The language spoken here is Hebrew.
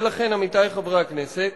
ולכן, עמיתי חברי הכנסת,